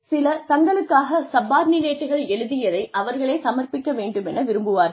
சிலர் தங்களுக்காக சப்பார்ட்டினேட்கள் எழுதியதை அவர்களே சமர்ப்பிக்க வேண்டுமென விரும்புவார்கள்